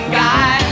guy